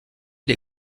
les